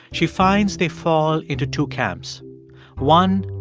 she finds they fall into two camps one,